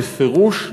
בפירוש,